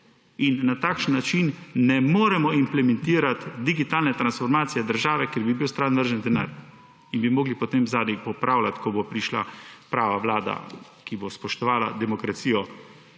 Na takšen način ne moremo implementirati digitalne transformacije države, ker bi bil stran vržen denar in bi morali potem za nazaj popravljati, ko bo prišla prava vlada, ki bo spoštovala demokracijo